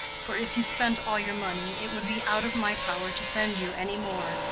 for if you spent all your money it would be out of my power to send you any more,